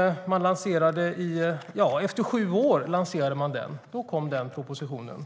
Propositionen lades fram efter sju år